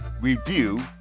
review